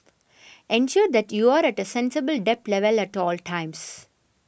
ensure that you are at a sensible debt level at all times